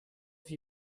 have